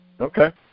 Okay